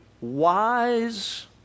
wise